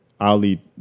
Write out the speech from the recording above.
Ali